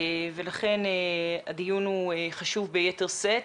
ולכן הדיון הוא חשוב ביתר שאת.